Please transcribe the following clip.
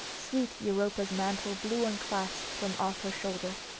sweet europa's mantle blew unclasped from off her shoulder,